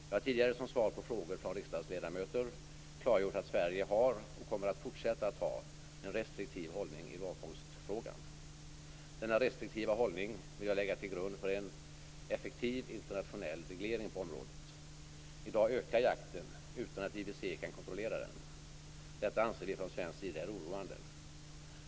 Jag har tidigare som svar på frågor från riksdagsledamöter klargjort att Sverige har och kommer att fortsätta att ha en restriktiv hållning i valfångstfrågan. Denna restriktiva hållning vill jag lägga till grund för en effektiv internationell reglering på området. I dag ökar jakten utan att IWC kan kontrollera den. Detta anser vi från svensk sida är oroande.